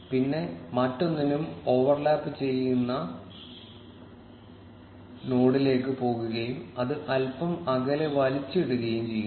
പിന്നെ മറ്റൊന്നിനൊപ്പം ഓവർലാപ്പുചെയ്യുന്ന നോഡിലേക്ക് പോകുകയും അത് അല്പം അകലെ വലിച്ചിടുകയും ചെയ്യുന്നു